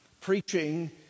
preaching